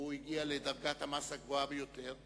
והוא הגיע לדרגת המס הגבוהה ביותר,